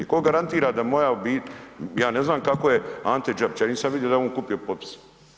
Tko garantira da moja .../nerazumljivo/... ja ne znam kako je Ante Đapić, ja nisam vidio da je on kupio potpise.